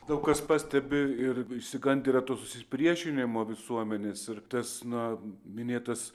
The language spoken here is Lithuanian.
daug kas pastebi ir išsigandę yra to susipriešinimo visuomenės ir tas na minėtas